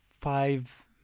five